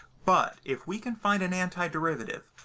but if we can find an antiderivative,